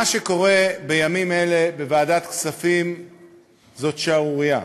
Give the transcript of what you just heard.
מה שקורה בימים אלה בוועדת הכספים זאת שערורייה.